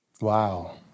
Wow